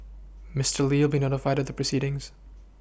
Mister Li will be notified of the proceedings